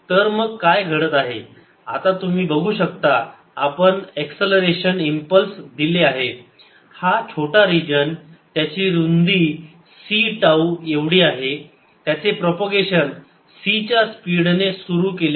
तर मग काय घडत आहे आता तुम्ही बघू शकता आपण एक्सीलरेशन इंपल्स दिले आहे हा छोटा रिजन त्याची रुंदी c टाऊ एवढी आहे त्याने प्रपोगेशन c च्या स्पीडने सुरू केले आहे